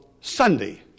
Sunday